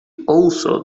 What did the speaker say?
also